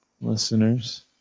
listeners